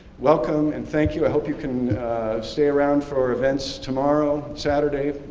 welcome and thank you. i hope you can stay around for events tomorrow, saturday.